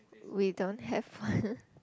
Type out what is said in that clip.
we don't have one